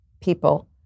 people